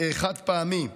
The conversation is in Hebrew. חד-פעמי,